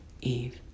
Eve